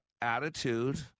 attitude